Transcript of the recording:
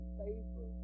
favor